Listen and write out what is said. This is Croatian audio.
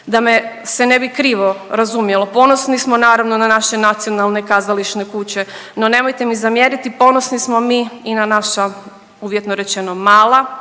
Da me se ne bi krivo razumjelo, ponosni smo naravno na naše nacionalne kazališne kuće, no nemojte mi zamjeriti ponosni smo mi i na naša uvjetno rečeno mala,